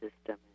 system